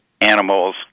animals